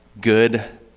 good